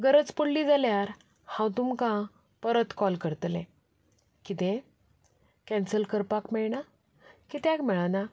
गरज पडली जाल्यार हांव तुमकां परत कॉल करतलें कितें कॅन्सेल करपाक मेळना कित्याक मेळना